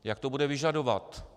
Jak to bude vyžadovat?